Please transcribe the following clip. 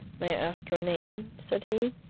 may i ask your name? said he.